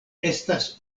estas